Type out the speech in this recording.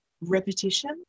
repetition